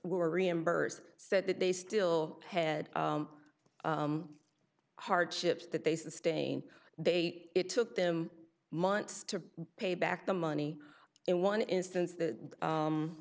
were reimbursed said that they still had hardships that they sustain they it took them months to pay back the money in one instance th